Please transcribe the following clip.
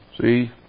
See